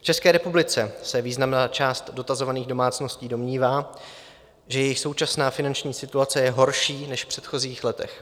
V České republice se významná část dotazovaných domácností domnívá, že jejich současná finanční situace je horší než v předchozích letech.